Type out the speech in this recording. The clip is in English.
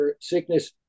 sickness